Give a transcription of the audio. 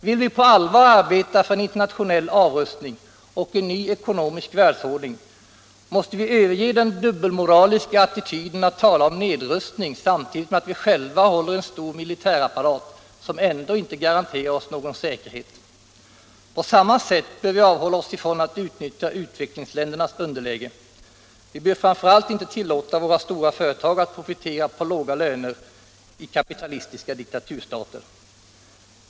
Vill vi på allvar arbeta för en internationell avrustning och en ny ekonomisk världsordning måste vi överge den dubbelmoraliska attityden att tala om nedrustning samtidigt med att vi själva håller en stor militärapparat som ändå inte garanterar oss någon säkerhet. På samma sätt bör vi avhålla oss ifrån att utnyttja utvecklingsländernas underläge. Vi bör framför allt inte tillåta våra stora företag att profitera på låga löner i kapitalistiska diktaturstater.